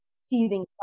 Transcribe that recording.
seething